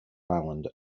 island